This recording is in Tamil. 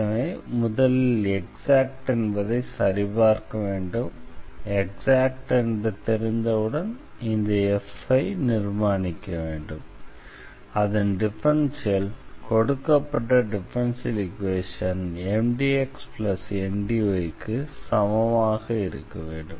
எனவே முதலில் எக்ஸாக்ட் என்பதை சரிபார்க்க வேண்டும் எக்ஸாக்ட் என்று தெரிந்தவுடன் இந்த f ஐ நிர்மாணிக்க வேண்டும் அதன் டிஃபரன்ஷியல் கொடுக்கப்பட்ட டிஃபரன்ஷியல் ஈக்வேஷன் Mdx Ndy க்கு சமமாக இருக்க வேண்டும்